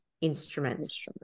instruments